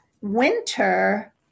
winter